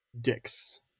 dicks